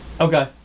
okay